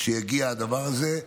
כשיגיע הדבר הזה,